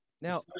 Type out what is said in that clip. Now